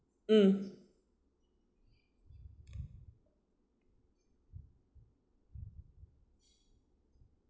mm